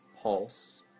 pulse